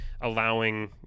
allowing